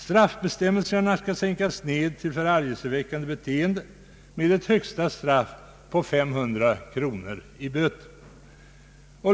Straffbestämmelserna skall sänkas ned till att avse förargelseväckande beteende med ett högsta straff på 500 kronor i böter.